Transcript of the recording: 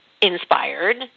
inspired